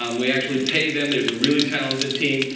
um we actually pay them. there's a really talented team.